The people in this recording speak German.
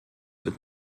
wird